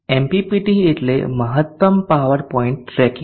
MPPT એટલે મહત્તમ power point tracking